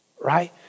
right